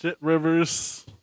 Rivers